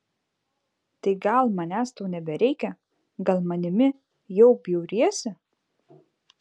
tai gal manęs tau nebereikia gal manimi jau bjauriesi